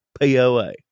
POA